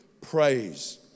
praise